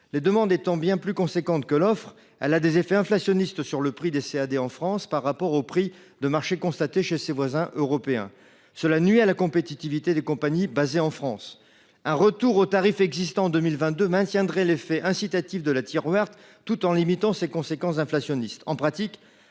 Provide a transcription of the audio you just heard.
La demande étant bien plus conséquente que l’offre, elle a des effets inflationnistes sur le prix des CAD en France par rapport au prix de marché constaté dans les pays européens voisins. Cela nuit à la compétitivité des compagnies installées en France. Un retour au tarif de 2022 maintiendrait l’effet incitatif de la Tiruert, tout en limitant ses conséquences inflationnistes.